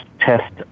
test